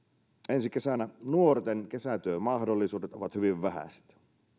ensi kesänä nuorten kesätyömahdollisuudet ovat hyvin vähäiset